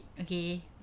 Okay